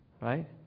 right